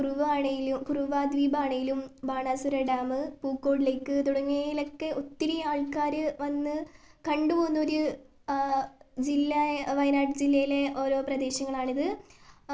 അവിടുത്തെ കുറുവ ആണെങ്കിലും കുറുവ ദ്വീപാണെങ്കിലും ബാണാസുര ഡാമ് പൂക്കോട് ലെയ്ക്ക് തുടങ്ങിയവയിലൊക്കെ ഒത്തിരി ആൾക്കാര് വന്ന് കണ്ട് പോന്നവര് ജില്ല വയനാട് ജില്ലയിലെ ഓരോ പ്രദേശങ്ങളാണിത്